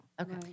Okay